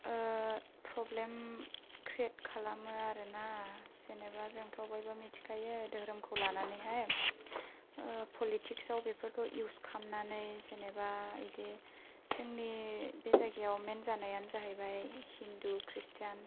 problem create खालामो आरोना जेन'बा जोंथ' बयबो मोनथिखायो दोहोरोमखौ लानानैहाय पलिटिक्स आव बेफोरखौ इउस खालामनानै जेन'बा बिदि जोंनि बे जायगायाव मेन जानायानो जाहैबाय हिन्दु ख्रिस्थान